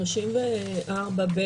34ב